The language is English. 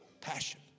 passion